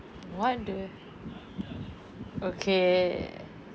what do okay